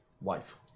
wife